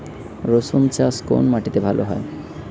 রুসুন চাষ কোন মাটিতে ভালো হয়?